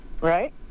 Right